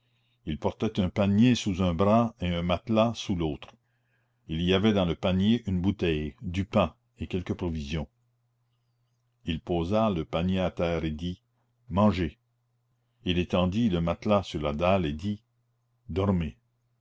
il portait un panier sous un bras et un matelas sous l'autre il y avait dans le panier une bouteille du pain et quelques provisions il posa le panier à terre et dit mangez il étendit le matelas sur la dalle et dit dormez